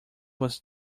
was